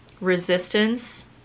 resistance